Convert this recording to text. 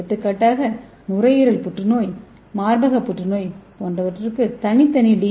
எடுத்துக்காட்டாக நுரையீரல் புற்றுநோய் மார்பக புற்றுநோய் போன்றவற்றுக்கு தனித்தனி டி